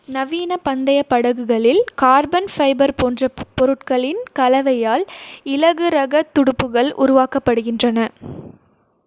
நவீனப் பந்தயப் படகுகளில் carbon fibre போன்ற பொருட்களின் கலவையால் இலகுரகத் துடுப்புகள் உருவாக்கப்படுகின்றன